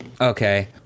okay